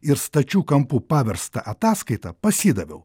ir stačiu kampu paverstą ataskaitą pasidaviau